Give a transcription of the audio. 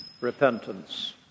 repentance